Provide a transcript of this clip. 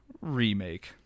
Remake